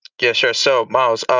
yeah sure. so myles,